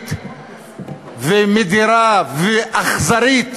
גזענית ומדירה ואכזרית,